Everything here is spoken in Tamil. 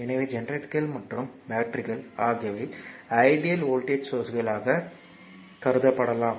எனவே ஜெனரேட்டர் மற்றும் பேட்டரிகள் ஆகியவை ஐடியல் வோல்ட்டேஜ் சோர்ஸ்களாக கருதப்படலாம்